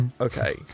okay